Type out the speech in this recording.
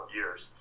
years